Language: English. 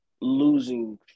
losing